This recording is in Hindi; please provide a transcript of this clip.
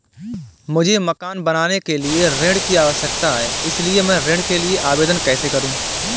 मुझे मकान बनाने के लिए ऋण की आवश्यकता है इसलिए मैं ऋण के लिए आवेदन कैसे करूं?